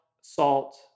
salt